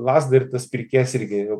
lazdą ir tas pirkėjas irgi jau